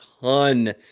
ton